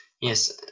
Yes